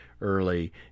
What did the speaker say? early